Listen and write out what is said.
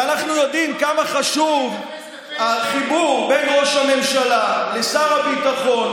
ואנחנו יודעים כמה חשוב החיבור בין ראש הממשלה לשר הביטחון,